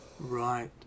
Right